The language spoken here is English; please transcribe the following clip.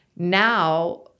Now